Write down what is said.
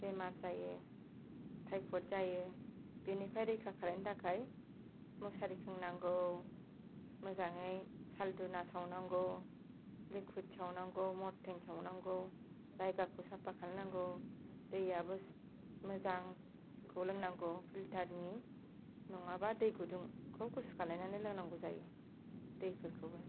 बेमार जायो टाइफइड जायो बेनिफ्राय रैखा खालामनो थाखाय मुसारि सोंनांगौ मोजाङै साल धुना सावनांगौ लिकुइड सावनांगौ मर्टिन सावनांगौ जायगाखौ साफा खालामनांगौ दैयाबो मोजांखौ लोंनांगौ फिल्टार नि नङाबा दै गुदुंखौ गुसु खालामनानै लोंनांगौ जायो दैफोरखौबो